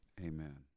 amen